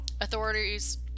Authorities